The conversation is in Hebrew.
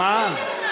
אני מרשה לך.